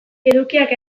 edukiak